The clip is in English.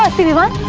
ah vivaan!